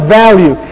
value